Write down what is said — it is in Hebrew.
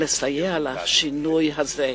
לסייע לשינוי הזה,